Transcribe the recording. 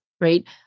right